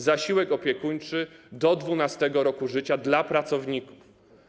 Zasiłek opiekuńczy do 12. roku życia dla pracowników.